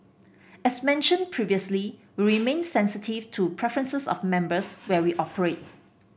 as mentioned previously we remain sensitive to preferences of members where we operate